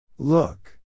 Look